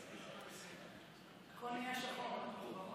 הכול נהיה שחור.